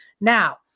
Now